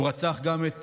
הוא רצח גם את